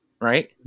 right